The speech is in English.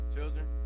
Children